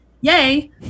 Yay